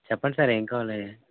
చెప్పండి సార్ ఏమి కావాలి